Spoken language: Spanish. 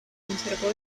conservó